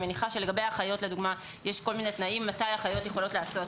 אני מניחה שלגבי אחיות יש כל מיני תנאים מתי אחיות יכולות לעשות